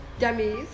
Dummies